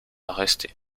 rester